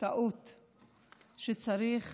טעות מהיסוד, שצריך